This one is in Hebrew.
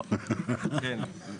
כן.